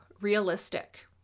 realistic